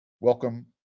Welcome